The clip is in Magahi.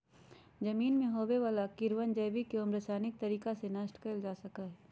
जमीन में होवे वाला कीड़वन जैविक एवं रसायनिक तरीका से नष्ट कइल जा सका हई